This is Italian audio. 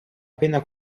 pena